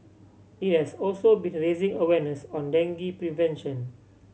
it has also been raising awareness on dengue prevention